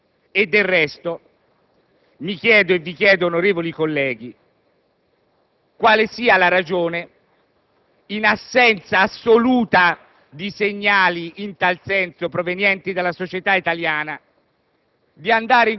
Del resto, mi chiedo e vi chiedo, onorevoli colleghi, quale sia la ragione, in assenza assoluta di segnali in tal senso provenienti dalla società italiana,